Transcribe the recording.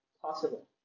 possible